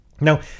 Now